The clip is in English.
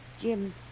Jim